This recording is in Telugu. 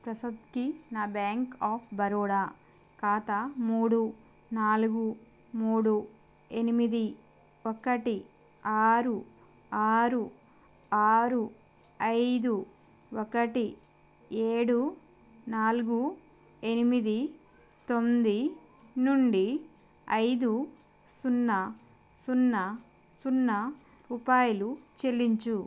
ప్రసాద్కి నా బ్యాంక్ ఆఫ్ బరోడా ఖాతా మూడు నాలుగు మూడు ఎనిమిది ఒకటి ఆరు ఆరు ఆరు ఐదు ఒకటి ఏడు నాలుగు ఎనిమిది తొమ్మిది నుండి ఐదు సున్నా సున్నా సున్నా రూపాయలు చెల్లించు